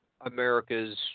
America's